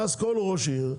ואז כל ראש עיר,